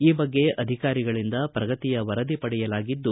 ಈ ಬಗ್ಗೆ ಅಧಿಕಾರಿಗಳಿಂದ ಶ್ರಗತಿಯ ವರದಿ ಪಡೆಯಲಾಗಿದ್ದು